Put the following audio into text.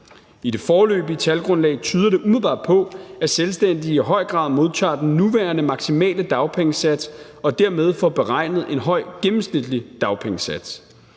I det foreløbige talgrundlag tyder det umiddelbart på, at selvstændige i høj grad modtager den nuværende maksimale dagpengesats og dermed får beregnet en høj gennemsnitlig dagpengesats.